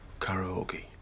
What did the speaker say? karaoke